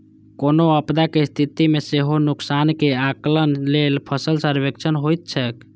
कोनो आपदाक स्थिति मे सेहो नुकसानक आकलन लेल फसल सर्वेक्षण होइत छैक